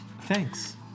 Thanks